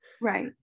right